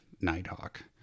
Nighthawk